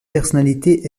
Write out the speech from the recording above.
personnalités